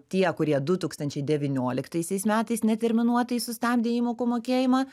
tie kurie du tūkstančiai devynioliktaisiais metais neterminuotai sustabdė įmokų mokėjimą